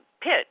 pit